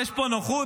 יש פה נוחות.